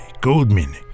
Goldman